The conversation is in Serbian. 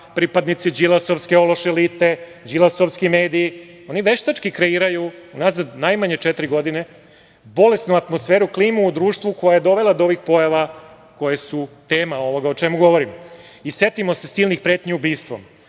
pripadnici đilasovske ološ elite, đilasovski mediji, oni veštački kreiraju unazad najmanje četiri godine bolesnu atmosferu klime u društvu koja je dovela do ovih pojava koje su tema ovoga o čemu govorimo. Setimo se silnih pretnji ubistvom,